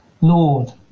Lord